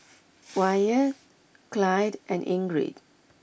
Wyatt Clyde and Ingrid